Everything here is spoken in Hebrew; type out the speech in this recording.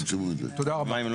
תודה רבה.